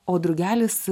o drugelis